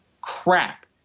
crap